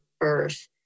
Earth